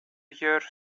gör